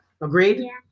Agreed